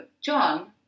John